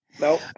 No